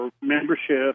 membership